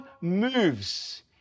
moves